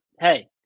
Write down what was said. hey